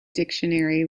dictionary